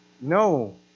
No